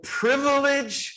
privilege